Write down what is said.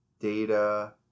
data